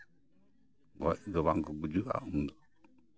ᱜᱚᱡ ᱫᱚ ᱵᱟᱝᱠᱚ ᱜᱩᱡᱩᱜᱼᱟ ᱩᱱ ᱫᱚ